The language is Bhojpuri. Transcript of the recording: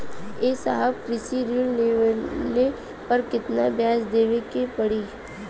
ए साहब कृषि ऋण लेहले पर कितना ब्याज देवे पणी?